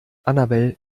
annabel